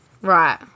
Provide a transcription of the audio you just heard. Right